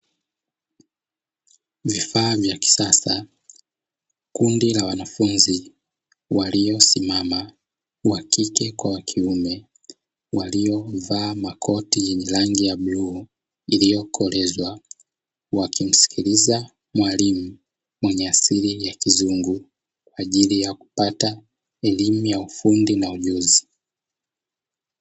Mwanaume na mwanamke wakiwa wameketi ndani ya jengo katika viti ambalo lina madilisha na vioo wakija wana jadiliana kwa kutumia kompyuta ambayo ipo juu ya meza.